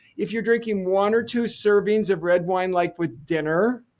if you're drinking one or two servings of red wine like with dinner,